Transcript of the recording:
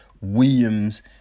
Williams